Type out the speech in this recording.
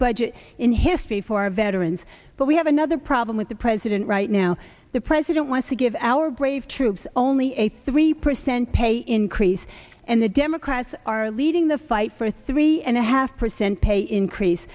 budget in history for our veterans but we have another problem with the president right now the president wants to give our brave troops are only a three percent pay increase and the democrats are leading the fight for a three and a half percent pay increase